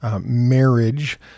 marriage